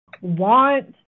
want